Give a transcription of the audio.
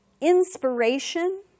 Inspiration